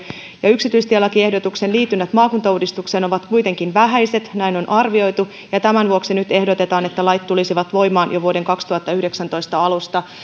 yksityistielakiehdotuksen liitynnät maakuntauudistukseen ovat kuitenkin vähäiset näin on arvioitu ja tämän vuoksi nyt ehdotetaan että lait tulisivat voimaan jo vuoden kaksituhattayhdeksäntoista alusta